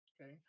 okay